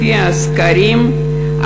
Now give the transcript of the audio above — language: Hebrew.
לפי הסקרים,